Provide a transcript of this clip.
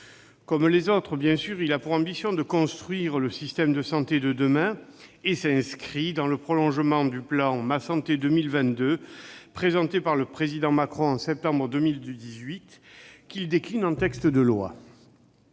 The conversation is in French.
Comme les autres, il a, bien sûr, pour ambition de construire le système de santé de demain. Il s'inscrit dans le prolongement du plan Ma santé 2022, présenté par le président Macron, en septembre 2018, qu'il décline en texte de loi.